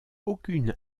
aucune